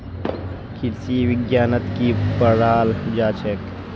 कृषि विज्ञानत की पढ़ाल जाछेक